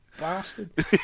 bastard